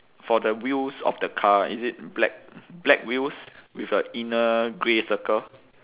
for the wheels of the car is it black black wheels with a inner grey circle